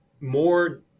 more